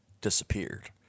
disappeared